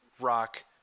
rock